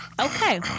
Okay